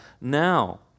now